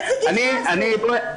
איזו בדיחה זאת?